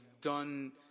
done